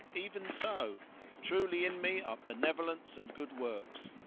even so truly in me are benevolence and good works,